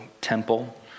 temple